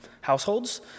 households